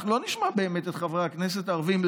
אנחנו לא נשמע באמת את חברי הכנסת הערבים,